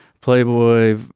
Playboy